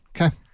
okay